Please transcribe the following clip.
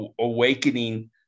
awakening